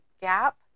gap